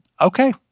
okay